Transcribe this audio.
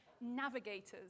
navigators